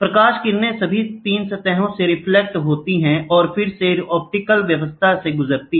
प्रकाश किरणें सभी 3 सतहों से रिफ्लेक्ट होती हैं और फिर से ऑप्टिकल व्यवस्था से गुजरती हैं